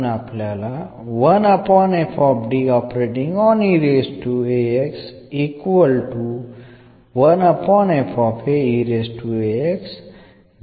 നമുക്ക് എന്ന് ലഭിക്കും